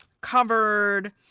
covered